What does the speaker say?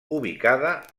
ubicada